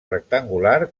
rectangular